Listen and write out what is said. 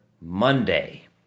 Monday